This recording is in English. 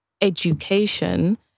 education